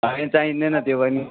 होइन चाहिँदैन त्यो पनि